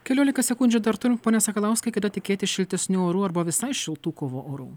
keliolika sekundžių dar turim pone sakalauskai kada tikėtis šiltesnių orų arba visai šiltų kovo orų